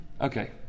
Okay